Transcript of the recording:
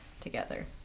together